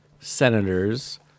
senators